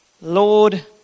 Lord